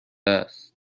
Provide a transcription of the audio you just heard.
است